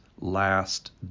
last